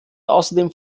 außerdem